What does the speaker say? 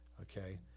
okay